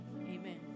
amen